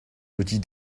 petit